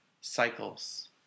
cycles